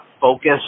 focus